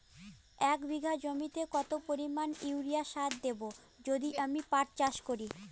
এক বিঘা জমিতে কত পরিমান ইউরিয়া সার দেব যদি আমি পাট চাষ করি?